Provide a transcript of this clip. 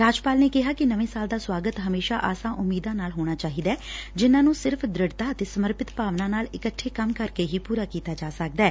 ਰਾਜਪਾਲ ਨੇ ਕਿਹਾ ਕਿ ਨਵੇਂ ਸਾਲ ਦਾ ਸੁਆਗਤ ਹਮੇਸ਼ਾ ਆਸਾਂ ਉਮੀਦਾਂ ਨਾਲ ਹੋਣਾ ਚਾਹੀਦੈ ਜਿਨ੍ਹਾਂ ਨੂੰ ਸਿਰਫ਼ ਦ੍ਰਿੜਤਾ ਅਤੇ ਸਮਰਪਿਤ ਭਾਵਨਾ ਨਾਲ ਇਕੱਠੇ ਕੰਮ ਕਰਕੇ ਪੂਰਾ ਕੀਤਾ ਜਾ ਸਕਦੈ